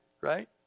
Right